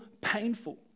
painful